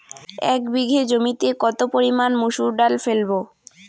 এক বিঘে জমিতে কত পরিমান মুসুর ডাল ফেলবো?